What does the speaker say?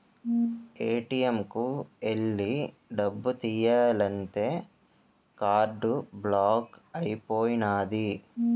ATM కు ఎల్లి డబ్బు తియ్యాలంతే కార్డు బ్లాక్ అయిపోనాది